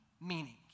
Meaning